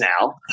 now